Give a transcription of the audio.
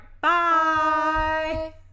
Bye